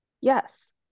yes